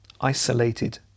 Isolated